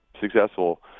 successful